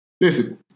Listen